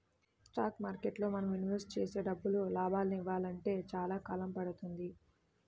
stock మార్కెట్టులో మనం invest చేసే డబ్బులు లాభాలనియ్యాలంటే చానా కాలం పడుతుంది